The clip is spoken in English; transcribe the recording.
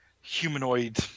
humanoid